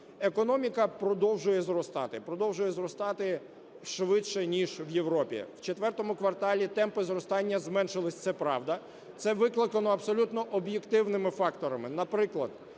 Економіка продовжує зростати, продовжує зростати швидше ніж в Європі. В ІV кварталі темпи зростання зменшились, це правда, це викликано абсолютно об'єктивними факторами,